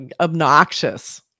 obnoxious